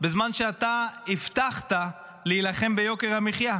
בזמן שאתה הבטחת להילחם ביוקר המחיה?